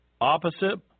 opposite